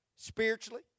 Spiritually